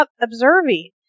observing